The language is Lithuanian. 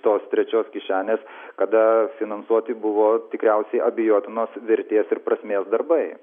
tos trečios kišenės kada finansuoti buvo tikriausiai abejotinos vertės ir prasmės darbai